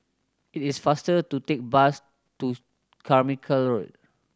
it is faster to take bus to Carmichael Road